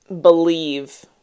believe